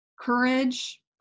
courage